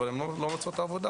אבל הן לא מוצאות עבודה,